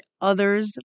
others